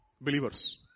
Believers